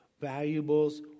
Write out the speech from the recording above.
valuables